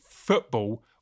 Football